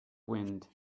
wind